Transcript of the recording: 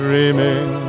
Dreaming